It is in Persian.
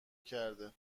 کرده